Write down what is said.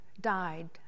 died